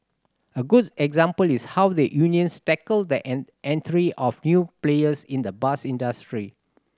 a good example is how the unions tackled the entry of new players in the bus industry